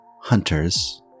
hunters